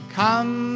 come